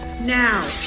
Now